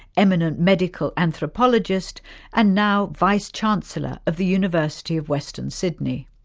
eminent medical anthropologist and now vice chancellor of the university of western sydney.